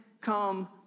come